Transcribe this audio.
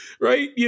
Right